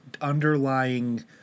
underlying